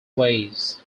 ways